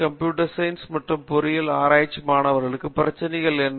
computer science மற்றும் பொறியியலில் ஆராய்ச்சிக்கு மாணவர்களுக்கு பிரச்சனைகள் என்ன